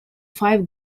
five